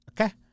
Okay